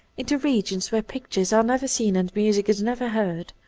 into regions where pictures are never seen and music is never heard